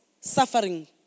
suffering